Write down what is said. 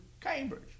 Cambridge